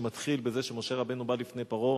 שמתחיל בכך שמשה רבנו בא לפני פרעה